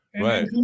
Right